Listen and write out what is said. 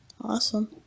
Awesome